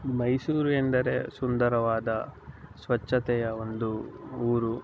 ಮೈಸೂರು ಎಂದರೆ ಸುಂದರವಾದ ಸ್ವಚ್ಛತೆಯ ಒಂದು ಊರು